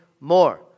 more